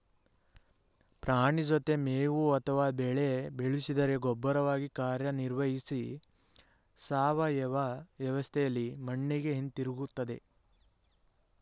ಪ್ರಾಣಿ ಜೊತೆ ಮೇವು ಅಥವಾ ಬೆಳೆ ಬೆಳೆಸಿದರೆ ಗೊಬ್ಬರವಾಗಿ ಕಾರ್ಯನಿರ್ವಹಿಸಿ ಸಾವಯವ ವ್ಯವಸ್ಥೆಲಿ ಮಣ್ಣಿಗೆ ಹಿಂದಿರುಗ್ತದೆ